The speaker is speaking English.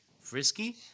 Frisky